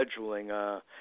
scheduling